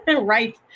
right